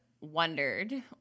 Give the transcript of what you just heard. wondered